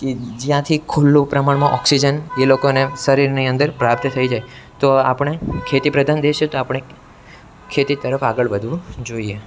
કે જ્યાંથી ખૂલ્લુ પ્રમાણમાં ઑક્સીજન એ લોકોને શરીરની અંદર પ્રાપ્ત થઈ જાય તો આપણે ખેતી પ્રધાન દેશ છે તો આપણે ખેતી તરફ આગળ વધવું જોઈએ